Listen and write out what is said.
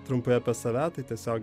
trumpai apie save tai tiesiog